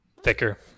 thicker